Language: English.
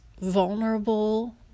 vulnerable